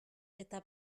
eta